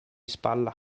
spalla